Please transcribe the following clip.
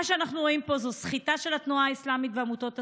מה שאנחנו רואים פה זה סחיטה של התנועה האסלאמית ועמותות השמאל.